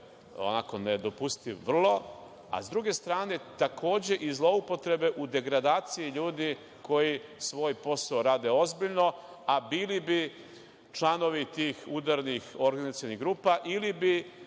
onako nedopustiv vrlo. Sa druge strane, takođe, i zloupotrebe u degradaciji ljudi koji svoj posao rade ozbiljno, a bili bi članovi tih udarnih organizacionih grupa ili to